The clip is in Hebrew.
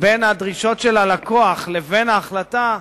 בין הדרישות של הלקוח לבין ההחלטה,